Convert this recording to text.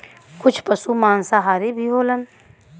कुछ पसु मांसाहारी भी होलन